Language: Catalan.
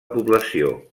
població